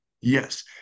Yes